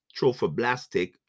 trophoblastic